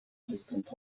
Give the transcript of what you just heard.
президента